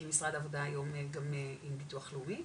כי משרד העבודה היום גם עם ביטוח לאומי,